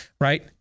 right